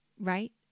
right